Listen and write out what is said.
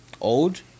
Old